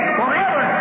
forever